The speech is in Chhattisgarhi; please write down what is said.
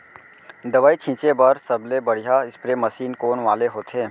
दवई छिंचे बर सबले बढ़िया स्प्रे मशीन कोन वाले होथे?